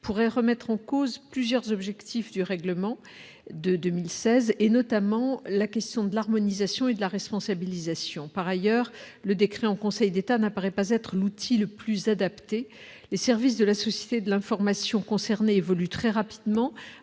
pourrait remettre en cause plusieurs objectifs du règlement de 2016 et notamment la question de l'harmonisation et de la responsabilisation par ailleurs le décret en Conseil d'État n'apparaît pas être l'outil le plus adapté, les services de la société de l'information concerne évoluent très rapidement,